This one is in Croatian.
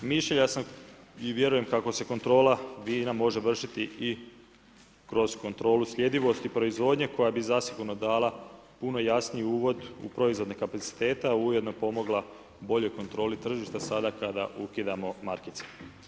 Mišljenja sam i vjerujem kako se kontrola vina može vršiti i kroz kontrolu sljedivosti proizvodnje koja bi zasigurno dal puno jasniji uvod u proizvodnje kapacitete a ujedno pomogla boljoj kontroli tržišta sada kada ukidamo markice.